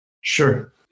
Sure